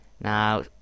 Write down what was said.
...now